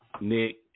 Nick